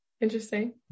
interesting